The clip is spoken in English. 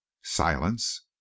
Silence